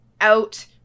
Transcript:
out